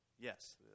yes